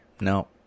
No